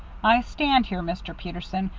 i stand here, mr. peterson,